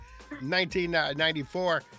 1994